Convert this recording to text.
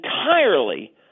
entirely